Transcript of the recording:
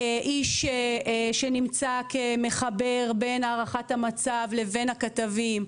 איש שנמצא כמחבר בין הערכת המצב לבין הכתבים,